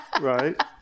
Right